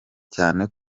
cyane